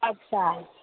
અચ્છા